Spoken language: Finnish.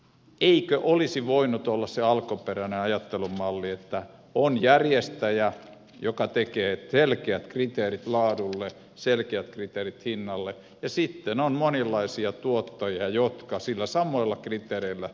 eikö olisi voinut olla se alkuperäinen ajattelumalli että on järjestäjä joka tekee selkeät kriteerit laadulle selkeät kriteerit hinnalle ja sitten on monenlaisia tuottajia jotka niillä samoilla kriteereillä tuottavat